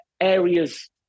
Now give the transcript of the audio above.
areas